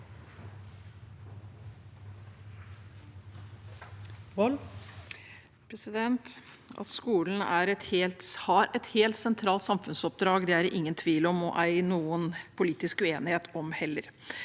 At skolen har et helt sentralt samfunnsoppdrag, er det ingen tvil om og ei heller noen politisk uenighet om.